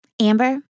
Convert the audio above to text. Amber